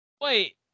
Wait